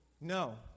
No